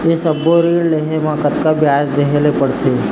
ये सब्बो ऋण लहे मा कतका ब्याज देहें ले पड़ते?